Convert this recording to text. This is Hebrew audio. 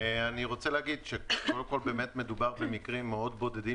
קודם כול מדובר במקרים בודדים מאוד